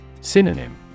Synonym